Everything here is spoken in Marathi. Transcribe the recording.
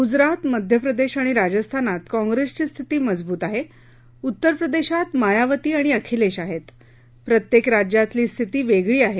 गुजरात मध्यप्रदेश आणि राजस्थानात काँप्रेसची स्थिती मजबूत आहे उत्तरप्रदेशात मायावती आणि अखिलेश आहेत प्रत्येक राज्यातली स्थिती वेगळी आहे